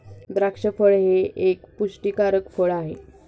द्राक्ष फळ हे एक पुष्टीकारक फळ आहे